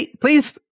Please